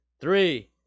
Three